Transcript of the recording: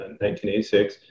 1986